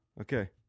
Okay